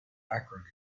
background